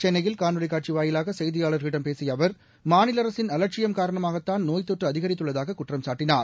சென்னையில் காணொலிகாட்சிவாயிலாகசெய்தியாளர்களிடம் பேசியஅவர் மாநிலஅரசின் அலட்சியம் காரணமாகத்தான் நோய் தொற்றுஅதிகரித்துள்ளதாககுற்றம் சாட்டினார்